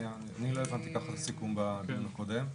אני לא הבנתי ככה את הסיכום בדיון הקודם.